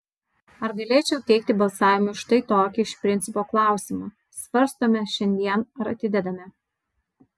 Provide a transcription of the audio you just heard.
ar galėčiau teikti balsavimui štai tokį iš principo klausimą svarstome šiandien ar atidedame